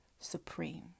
Supreme